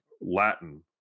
Latin